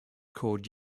called